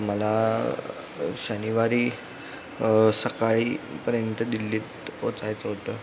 मला शनिवारी सकाळीपर्यंत दिल्लीत पोचायचं होतं